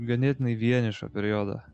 ganėtinai vienišo periodo